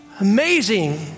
amazing